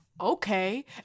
okay